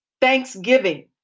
thanksgiving